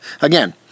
Again